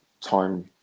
time